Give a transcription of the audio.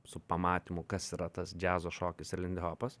su pamatymu kas yra tas džiazo šokis ir lindihopas